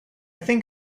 think